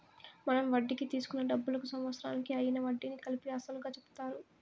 మనం వడ్డీకి తీసుకున్న డబ్బులకు సంవత్సరానికి అయ్యిన వడ్డీని కలిపి అసలుగా చెప్తారు